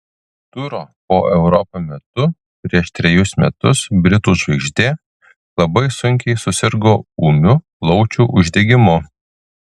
turo po europą metu prieš trejus metus britų žvaigždė labai sunkiai susirgo ūmiu plaučių uždegimu